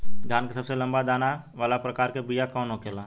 धान के सबसे लंबा दाना वाला प्रकार के बीया कौन होखेला?